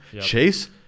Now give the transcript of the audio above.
Chase